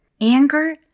Anger